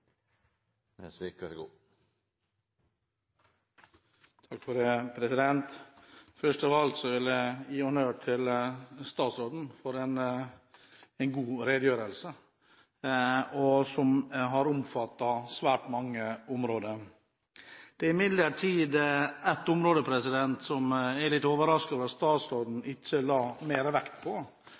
Først av alt vil jeg gi honnør til statsråden for en god redegjørelse som har omfattet svært mange områder. Det er imidlertid et område som jeg er litt overrasket over at statsråden ikke la mer vekt på